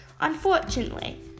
Unfortunately